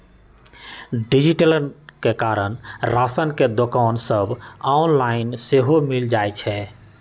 डिजिटलीकरण के कारण राशन के दोकान सभ ऑनलाइन सेहो मिल जाइ छइ